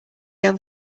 able